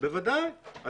בוודאי,